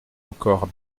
encore